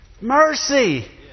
Mercy